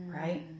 Right